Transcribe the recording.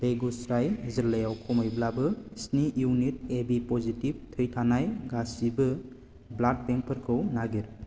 बेगुसराय जिल्लायाव खमैब्लाबो स्नि इउनिट ए बि पजिटिभ थै थानाय गासिबो ब्लाड बेंकफोरखौ नागिर